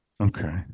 okay